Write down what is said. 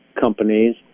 companies